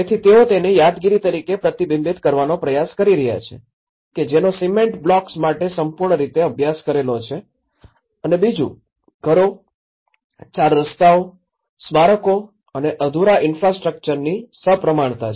તેથી તેઓ તેને યાદગીરી તરીકે પ્રતિબિંબિત કરવાનો પ્રયાસ કરી રહ્યા છે કે જેનો સિમેન્ટ બ્લોક્સ માટે સંપૂર્ણ રીતે અભ્યાસ કરેલો છે અને બીજું ઘરો ચારરસ્તાઓ સ્મારકો અને અધૂરા ઇન્ફ્રાસ્ટ્રક્ચરની સપ્રમાણતા છે